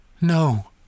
No